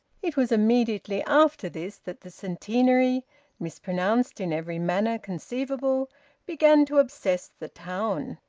it was immediately after this that the centenary mispronounced in every manner conceivable began to obsess the town.